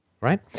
Right